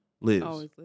lives